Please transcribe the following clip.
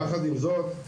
יחד עם זאת,